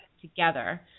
together